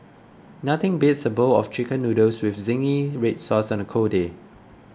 nothing beats a bowl of Chicken Noodles with Zingy Red Sauce on a cold day